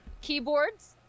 Keyboards